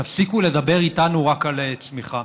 תפסיקו לדבר איתנו רק על צמיחה,